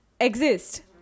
exist